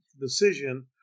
decision